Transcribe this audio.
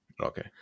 Okay